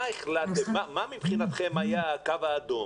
מה מבחינתכם היה הקו האדום?